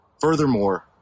Furthermore